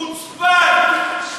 חוצפן.